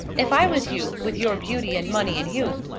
if i was you, with your beauty and money and youth,